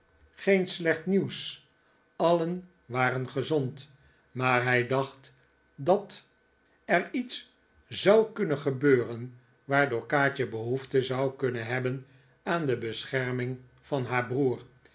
geen slecht nieuws alien waren gezond maar hij dacht dat er iets zou kunnen gebeuren waardoor kaatje behoefte zou kunnen hebben aan de bescherming van haar broer